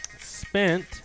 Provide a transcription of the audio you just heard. Spent